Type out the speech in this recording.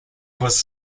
was